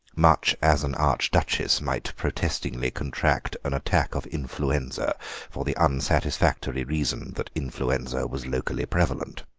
much as an arch-duchess might protestingly contract an attack of influenza for the unsatisfactory reason that influenza was locally prevalent.